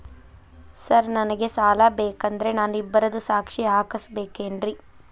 Sir ನನಗೆ ಸಾಲ ಬೇಕಂದ್ರೆ ನಾನು ಇಬ್ಬರದು ಸಾಕ್ಷಿ ಹಾಕಸಬೇಕೇನ್ರಿ?